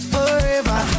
Forever